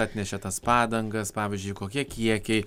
atnešė tas padangas pavyzdžiui kokie kiekiai